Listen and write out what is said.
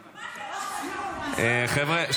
--- חבר'ה,